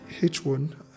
H1